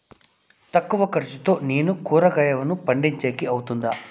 తక్కువ ఖర్చుతో నేను కూరగాయలను పండించేకి అవుతుందా?